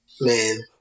Man